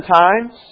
times